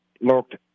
looked